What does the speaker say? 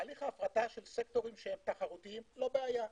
תהליך הפרטה של סקטורים תחרותיים לא בעיה.